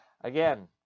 Again